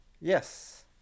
Yes